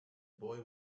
boy